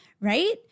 right